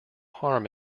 harm